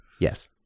yes